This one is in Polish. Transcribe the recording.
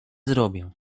zrobię